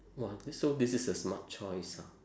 !wah! this so this is a smart choice ah